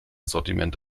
sortiment